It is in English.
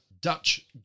Dutch